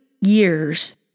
years